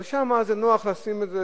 אבל שם נוח לשים את זה,